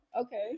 okay